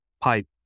pipe